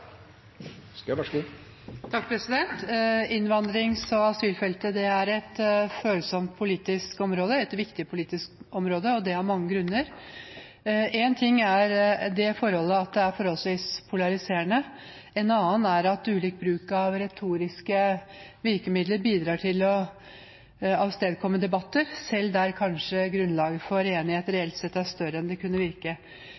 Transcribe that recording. egne bein. Så her er det mange gode forslag som vi kommer til å følge opp. Replikkordskiftet er over. Innvandrings- og asylfeltet er et følsomt politisk område, et viktig politisk område – og det av mange grunner. Én ting er det forholdet at det er forholdsvis polariserende. En annen er at ulik bruk av retoriske virkemidler bidrar til å avstedkomme debatter, selv der kanskje